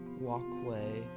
walkway